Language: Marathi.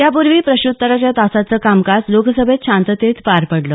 त्यापूर्वी प्रश्नोत्तराच्या तासाचं कामकाज लोकसभेत शांततेत पार पडलं